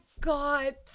God